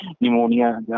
pneumonia